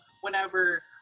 whenever